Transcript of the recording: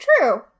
true